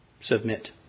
submit